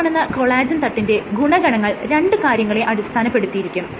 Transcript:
ഈ കാണുന്ന കൊളാജെൻ തട്ടിന്റെ ഗുണഗണങ്ങൾ രണ്ട് കാര്യങ്ങളെ അടിസ്ഥാനപ്പെടുത്തിയിരിക്കും